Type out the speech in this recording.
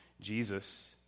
Jesus